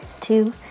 two